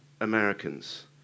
Americans